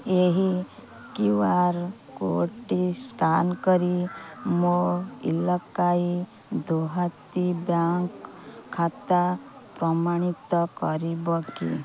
ଏହି Q R କୋଡ଼ଟି scan କରି ମୋ ଇଲାକାଈ ଦୋହାତୀ ବ୍ୟାଙ୍କ୍ ଖାତା ପ୍ରମାଣିତ କରିବ କି